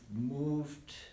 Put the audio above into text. moved